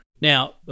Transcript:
Now